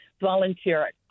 volunteer